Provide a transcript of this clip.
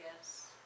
yes